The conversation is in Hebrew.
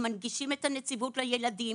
הם מנגישים את הנציבות לילדים.